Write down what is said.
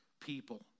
people